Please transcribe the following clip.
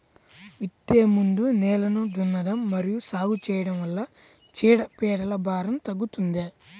విత్తే ముందు నేలను దున్నడం మరియు సాగు చేయడం వల్ల చీడపీడల భారం తగ్గుతుందా?